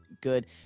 good